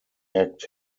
act